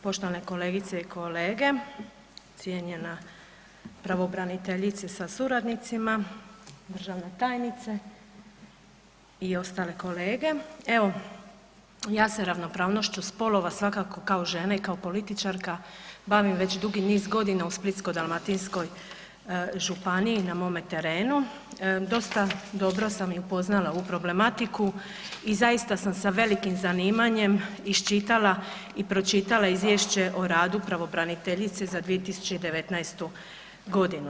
Poštovane kolegice i kolege, cijenjena pravobraniteljice sa suradnicima, državna tajnice i ostali kolege, evo ja se ravnopravnošću spolova svakako kao žena i kao političarka bavim već dugi niz godina u Splitsko-dalmatinskoj županiji na mome terenu, dosta dobro sam i upoznala ovu problematiku i zaista sam sa velikim zanimanjem iščitala i pročitala Izvješće o radu pravobraniteljice za 2019. godinu.